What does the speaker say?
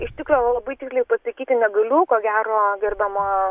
iš tikro labai tiksliai pasakyti negaliu ko gero gerbiama